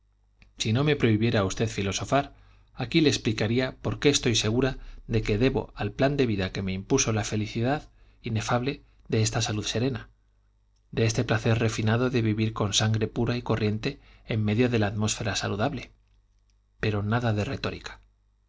si no me prohibiera usted filosofar aquí le explicaría por qué estoy segura de que debo al plan de vida que me impuso la felicidad inefable de esta salud serena de este placer refinado de vivir con sangre pura y corriente en medio de la atmósfera saludable pero nada de retórica